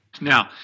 Now